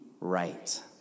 right